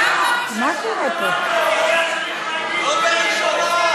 צריכה להגיד מאיפה.